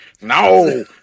no